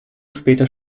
später